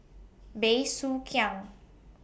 Bey Soo Khiang